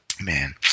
man